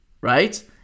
right